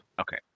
Okay